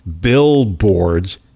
billboards